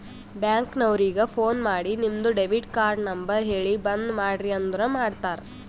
bank ನವರಿಗ phone ಮಾಡಿ ನಿಮ್ದು ಡೆಬಿಟ್ ಕಾರ್ಡ್ ನಂಬರ್ ಹೇಳಿ ಬಂದ್ ಮಾಡ್ರಿ ಅಂದುರ್ ಮಾಡ್ತಾರ